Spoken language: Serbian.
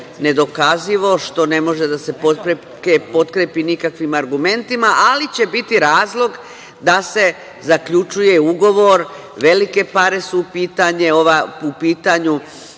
nedokazivo, što ne može da se potkrepi nikakvim argumentima, ali će biti razlog da se zaključuje ugovor. Velike pare su u pitanju,